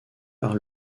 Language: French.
par